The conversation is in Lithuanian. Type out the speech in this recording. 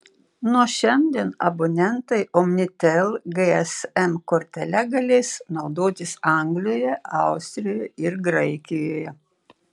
nuo šiandien abonentai omnitel gsm kortele galės naudotis anglijoje austrijoje ir graikijoje